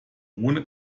ohne